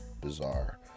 Bizarre